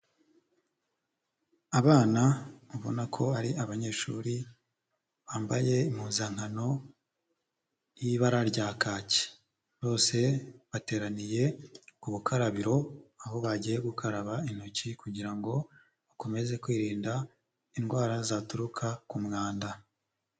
Abana babona ko ari abanyeshuri bambaye impuzankano y'ibara rya kacye, bose bateraniye ku bukarabiro aho bagiye gukaraba intoki kugira ngo bakomeze kwirinda indwara zaturuka ku mwanda.